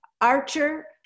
Archer